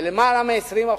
ביותר מ-20%.